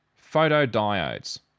photodiodes